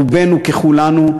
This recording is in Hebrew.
רובנו ככולנו,